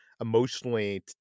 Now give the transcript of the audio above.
emotionally